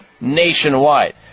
nationwide